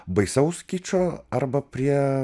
baisaus kičo arba prie